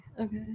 okay